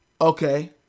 Okay